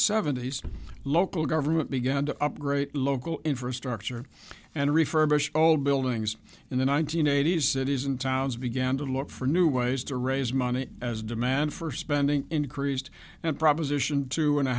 seventy s local government began to upgrade local infrastructure and refurbish old buildings in the one nine hundred eighty s cities and towns began to look for new ways to raise money as demand for spending increased and proposition two and a